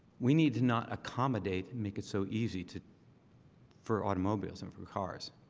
we need to not accommodate and make it so easy to for automobiles and for cars